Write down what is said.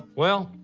well,